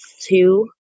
two